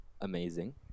amazing